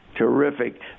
Terrific